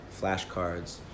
Flashcards